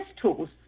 tools